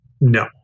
No